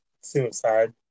suicide